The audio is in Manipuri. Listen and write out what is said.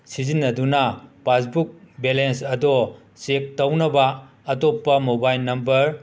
ꯁꯤꯖꯤꯟꯅꯗꯨꯅ ꯄꯥꯁꯕꯨꯛ ꯕꯦꯂꯦꯟꯁ ꯑꯗꯣ ꯆꯦꯛ ꯇꯧꯅꯕ ꯑꯇꯣꯞꯄ ꯃꯣꯕꯥꯏꯟ ꯅꯝꯕꯔ